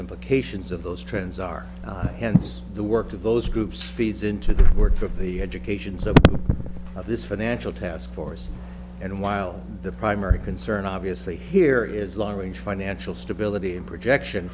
implications of those trends are hence the work of those groups feeds into the work of the education side of this financial taskforce and while the primary concern obviously here is long range financial stability and projection